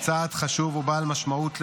צעד חשוב ובעל משמעות לאומית,